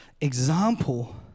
example